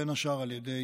בין השאר על ידי